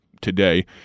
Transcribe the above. today